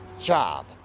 job